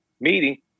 meeting